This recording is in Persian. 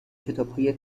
کتابهای